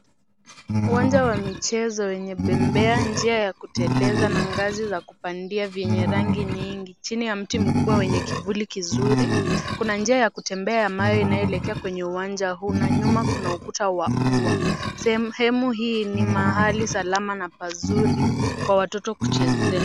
Uwanja wa michezo wenye bembea, njia ya kuteleza na ngazi za kupandia vyenye rangi nyingi. Chini ya mti mkubwa wenye kivuli kizuri, kuna njia ya kutembea ya mawe inayoelekea kwenye uwanja huu. Na nyuma kuna ukuta wa uwa. Sehemu hii ni mahali salama na pazuri kwa watoto kuchezea.